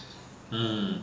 hmm